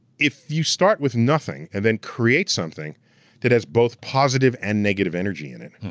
if you start with nothing and then create something that has both positive and negative energy in it,